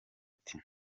ati